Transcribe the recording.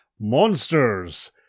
Monsters